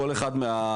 כל אחד מהרגולטורים,